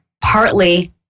partly